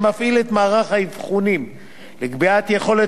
שמפעיל את מערך האבחונים לקביעת יכולת